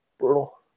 Brutal